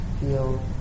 feel